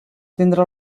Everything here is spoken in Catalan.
tindre